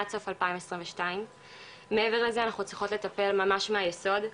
עד סוף 2022. מעבר לזה אנחנו צריכות לטפל ממש מהיסוד,